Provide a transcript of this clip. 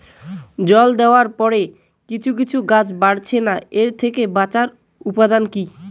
জল দেওয়ার পরে কিছু কিছু গাছ বাড়ছে না এর থেকে বাঁচার উপাদান কী?